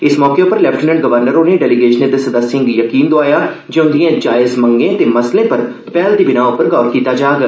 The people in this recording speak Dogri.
इस मौके उप्पर लेफ्टिनेंट गवर्नर होरें डेलीगेशनें दे सदस्यें गी यकीन दोआया जे उंदिए जायज मंगें ते मसलें पर पैहले दी बिनाह उप्पर गौर कीता जाग